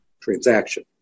transaction